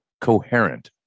coherent